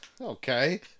Okay